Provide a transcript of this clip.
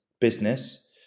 business